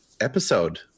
episode